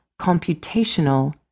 computational